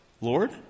Lord